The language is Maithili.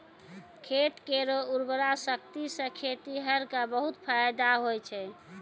खेत केरो उर्वरा शक्ति सें खेतिहर क बहुत फैदा होय छै